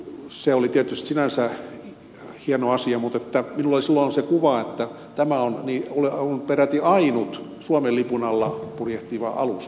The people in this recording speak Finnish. se oli tietysti sinänsä hieno asia mutta minulla oli silloin se kuva että tämä on peräti ainut suomen lipun alla purjehtiva alus